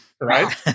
right